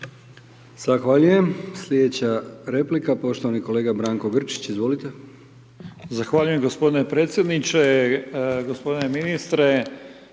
Zahvaljujem. Slijedeća replika poštovani kolega Branko Grčić, izvolite. **Grčić, Branko (SDP)** Zahvaljujem gospodine predsjedniče. Gospodine ministre,